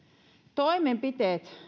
toimenpiteet